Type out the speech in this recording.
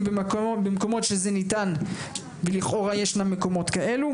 במקומות שזה ניתן ולכאורה ישנם מקומות כאלו.